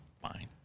fine